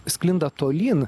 sklinda tolyn